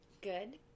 Good